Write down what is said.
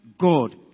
God